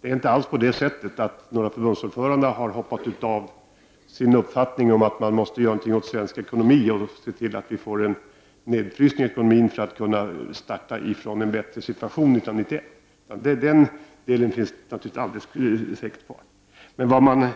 Det är inte alls på det sättet att några förbundsordförande har hoppat av och ändrat sin uppfattning om att man måste göra någonting åt svensk ekonomi och se till att vi får en nedfrysning av ekonomin för att kunna starta med en bättre situation år 1991. Den uppfattningen finns alldeles säkert kvar. Det man